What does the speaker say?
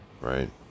right